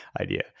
idea